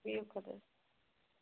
بِہِو خۄدایَس